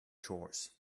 chores